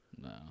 No